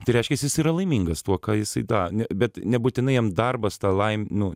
tai reiškias jis yra laimingas tuo ką jisai da ne bet nebūtinai jam darbas tą laim nu